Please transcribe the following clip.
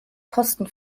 kosten